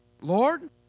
Lord